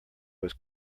was